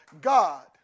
God